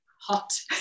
hot